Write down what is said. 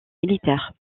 militaires